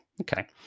okay